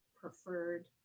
preferred